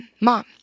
mom